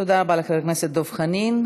תודה רבה לחבר הכנסת דב חנין.